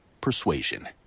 persuasion